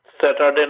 Saturday